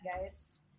guys